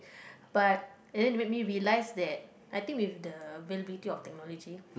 but and make me realise that I think with the availability of technology